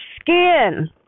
skin